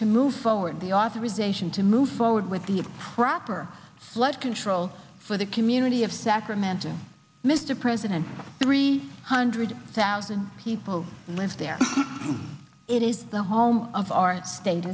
to move forward the authorization to move forward with the crapper flood control for the community of sacramento mr president three hundred thousand people live there it is the home of our state